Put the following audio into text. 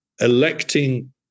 electing